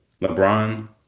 LeBron